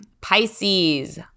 Pisces